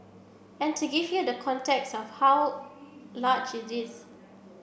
and to give you the context of how large it is